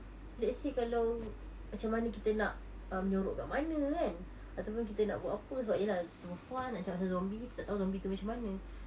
let's say kalau macam mana kita nak um menyorok kat mana kan ataupun kita nak buat apa sebab ya lah so far nak cakap pasal zombie ni kita tak tahu zombie tu macam mana